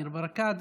ניר ברקת,